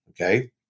Okay